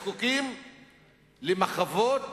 לרבות העם בישראל, זקוקים למחוות